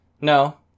No